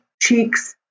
cheeks